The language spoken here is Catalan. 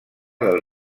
del